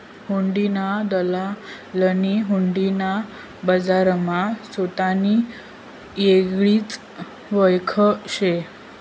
हुंडीना दलालनी हुंडी ना बजारमा सोतानी येगळीच वयख शे